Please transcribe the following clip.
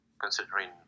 considering